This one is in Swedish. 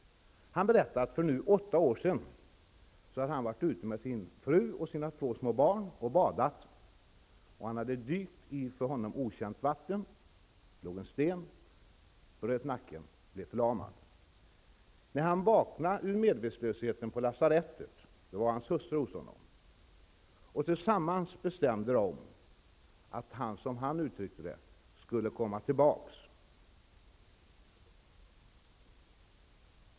Han berättade att han för nu åtta år sedan hade varit ute med sin fru och sina två små barn och badat. Han hade dykt i för honom okänt vatten. Där låg en sten. Han hade brutit nacken och blivit förlamad. När han vaknade upp ur sin medvetslöshet på lasarettet var hans hustru hos honom. Tillsammans bestämde de, som han uttryckte det, att han skulle komma tillbaka.